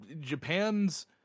Japan's